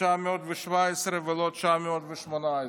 917 ו-918.